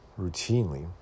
routinely